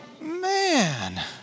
Man